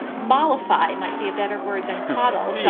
but mollify might be a better word than coddle.